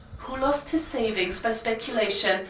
who lost his savings by speculation,